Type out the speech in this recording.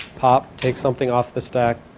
pop, takes something off the stack.